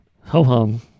Ho-hum